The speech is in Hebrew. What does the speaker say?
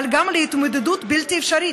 אבל גם להתמודדות בלתי אפשרית,